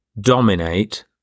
dominate